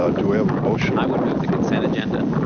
ah do i have a motion? i would move the consent agenda.